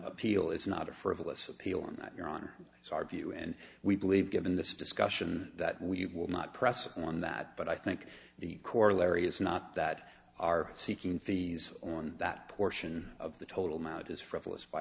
appeal is not a frivolous appeal and that your on our view and we believe given this discussion that we will not press on that but i think the corollary is not that are seeking fees on that portion of the total amount is frivolous by